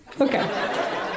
Okay